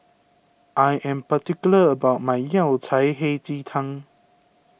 I am particular about my Yao Cai Hei Ji Tang